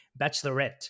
bachelorette